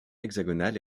hexagonale